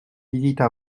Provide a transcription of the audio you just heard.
visites